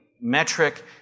metric